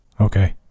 Okay